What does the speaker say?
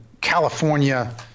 California